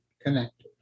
connected